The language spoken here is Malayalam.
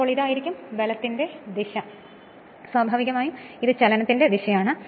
അതിനാൽ ഇതാണ് ബലത്തിന്റെ ദിശ സ്വാഭാവികമായും ഇത് ചലനത്തിന്റെ ദിശയാണ്